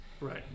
Right